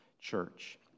church